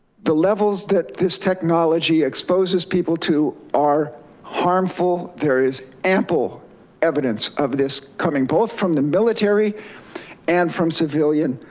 the levels that this technology exposes people to are harmful. there is ample evidence of this coming, both from the military and from civilian,